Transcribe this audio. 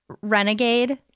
renegade